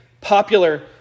popular